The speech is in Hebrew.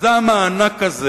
המיזם הענק הזה